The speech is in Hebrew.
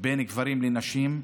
בין גברים לנשים,